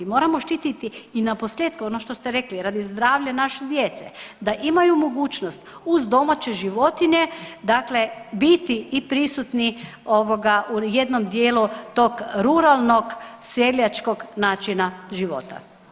Moramo štititi i naposljetku, ono što ste rekli, radi zdravlja naše djece, da imaju mogućnost uz domaće životinje, dakle biti i prisutni ovoga, u jednom dijelu tog ruralnog seljačkog načina života.